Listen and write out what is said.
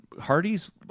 Hardy's